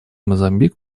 мозамбик